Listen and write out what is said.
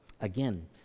Again